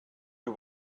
you